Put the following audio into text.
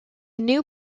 new